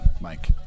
Mike